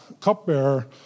cupbearer